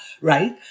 Right